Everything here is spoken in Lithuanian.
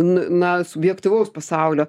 nu na subjektyvaus pasaulio